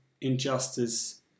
injustice